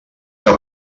que